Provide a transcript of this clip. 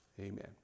Amen